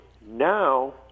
now